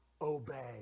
obey